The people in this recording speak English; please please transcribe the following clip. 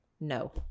no